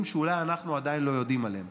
שאולי אנחנו עדיין לא יודעים עליהם,